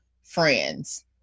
friends